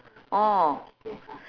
orh